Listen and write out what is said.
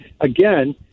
again